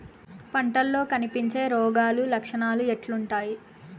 పంటల్లో కనిపించే రోగాలు లక్షణాలు ఎట్లుంటాయి?